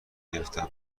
گرفتم